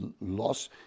loss